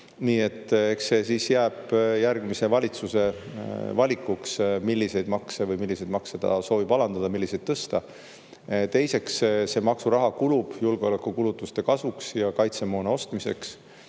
see siis jääb järgmise valitsuse valikuks, milliseid makse ta soovib alandada, milliseid tõsta. Teiseks, see maksuraha kulub julgeolekukulutuste kasvuks ja kaitsemoona ostmiseks.